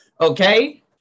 Okay